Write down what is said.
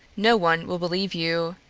no one will believe you.